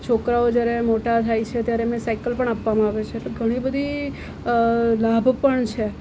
છોકરાઓ જ્યારે મોટા થાય છે ત્યારે એમને સાઇકલ પણ આપવામાં આવે છે તો ઘણી બધી લાભ પણ છે